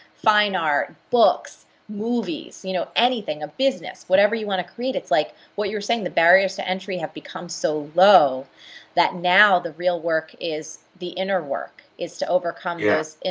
fine art, books, movies, you know, anything, a business, whatever you wanna create, it's like what you're saying. the barriers to entry have become so low that now the real work is the inner work, is to overcome those and